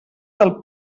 del